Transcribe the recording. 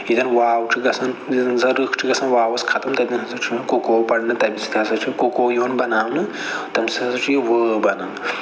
ییٚتٮ۪ن واو چھُ گَژھان ییٚتٮ۪ن زن رِکھ چھِ گَژھان واوَس ختم تَتٮ۪ن ہَسا چھِ یوان کٕکو پَرنہٕ تمہِ سۭتۍ ہَسا چھُ ککو یِوان بناونہٕ تمہ سۭتۍ ہَسا چھ یہِ وٲو بنان